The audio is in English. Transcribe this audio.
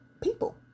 people